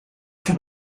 can